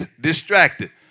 distracted